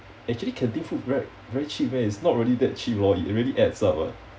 actually canteen food ve~ very cheap meh it's not really that cheap lor it really adds up ah